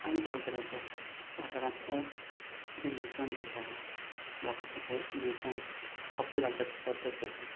आनी गांवगिऱ्याच्या वाठारांत जें न्हेसवण जी आसा लोकांचें न्हेसण कपडे घालपाची पद्धत जी आसा